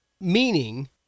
Meaning